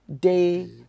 day